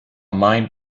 mine